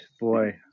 Boy